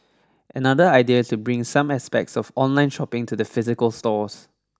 another idea is to bring some aspects of online shopping to the physical stores